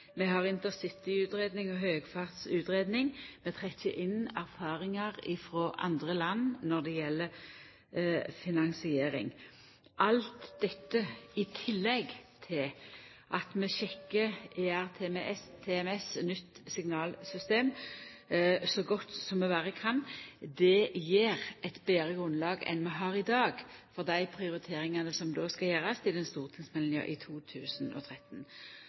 og høgfartsutgreiing. Vi trekkjer inn erfaringar frå andre land når det gjeld finansiering – alt dette i tillegg til at vi sjekkar ERTMS, nytt signalsystem, så godt vi kan. Det gjev eit betre grunnlag enn vi har i dag for dei prioriteringane som skal gjerast i stortingsmeldinga i 2013.